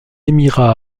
émirats